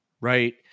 right